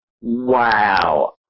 Wow